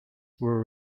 were